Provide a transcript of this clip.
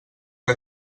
que